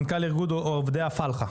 מנכ"ל איגוד עובדי הפלחה,